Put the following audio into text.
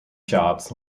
shops